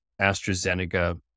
AstraZeneca